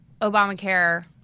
Obamacare –